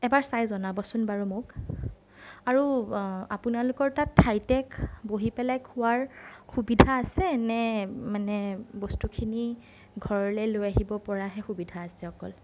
এবাৰ চাই জনাবচোন বাৰু মোক আৰু আপোনালোকৰ তাত ঠাইতে বহি পেলাই খোৱাৰ সুবিধা আছে নে মানে বস্তুখিনি ঘৰলে লৈ অহিব পৰাহে সুবিধা আছে অকল